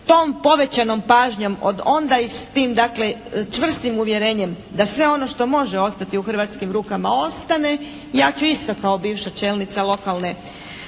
s tom povećanom pažnjom od onda i s tim dakle čvrstim uvjerenjem da sve ono što može ostati u hrvatskim rukama ostane. Ja ću isto kao bivša čelnica lokalne